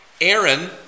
Aaron